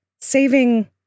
saving